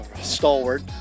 stalwart